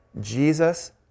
Jesus